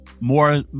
more